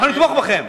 אנחנו נתמוך בכם.